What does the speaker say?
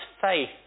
faith